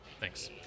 Thanks